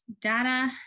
data